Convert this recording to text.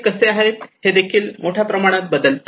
ते कसे आहेत हे देखील मोठ्या प्रमाणात बदलते